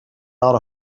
out